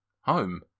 home